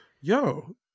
Yo